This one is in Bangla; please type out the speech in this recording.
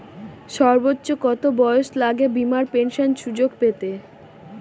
সর্বোচ্চ কত বয়স লাগে বীমার পেনশন সুযোগ পেতে?